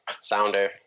sounder